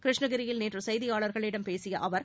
கிருஷ்ணகிரியில் நேற்று செய்தியாளர்களிடம் பேசிய அவர்